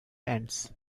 ends